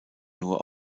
nur